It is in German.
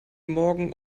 morgen